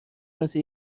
مثل